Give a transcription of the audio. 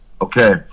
Okay